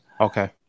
Okay